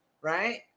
right